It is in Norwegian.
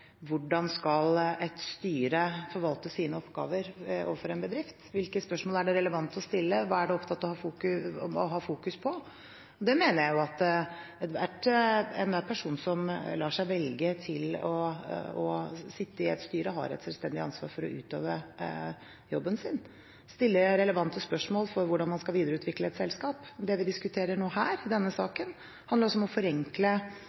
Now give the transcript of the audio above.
det relevant å stille, hva er man opptatt av å fokusere på? Jeg mener at enhver person som lar seg velge til å sitte i et styre, har et selvstendig ansvar for å utøve jobben sin, stille relevante spørsmål for hvordan man skal videreutvikle et selskap. Det vi diskuterer her i denne saken, handler om å forenkle